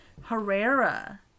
Herrera